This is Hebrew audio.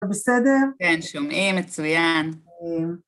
אתה בסדר? כן, שומעים, מצוין.